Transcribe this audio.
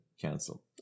cancel